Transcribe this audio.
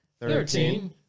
thirteen